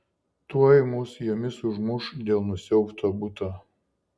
tuoj mus jomis užmuš dėl nusiaubto buto